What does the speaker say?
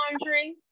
laundry